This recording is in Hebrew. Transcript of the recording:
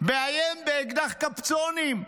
מאיים באקדח קפצונים,